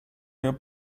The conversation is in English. your